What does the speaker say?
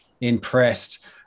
impressed